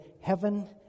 heaven